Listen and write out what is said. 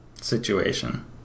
situation